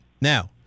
Now